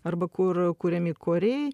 arba kur kuriami koriai